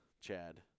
Chad